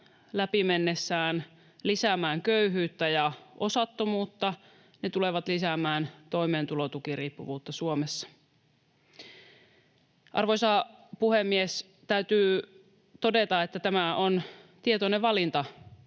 läpi mennessään lisäämään köyhyyttä ja osattomuutta. Ne tulevat lisäämään toimeentulotukiriippuvuutta Suomessa. Arvoisa puhemies! Täytyy todeta, että tämä on tietoinen valinta